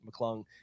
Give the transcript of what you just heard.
McClung